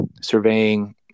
surveying